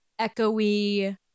echoey